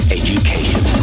education